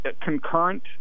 concurrent